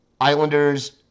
islanders